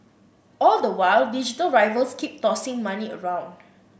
all the while digital rivals keep tossing money around